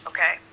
Okay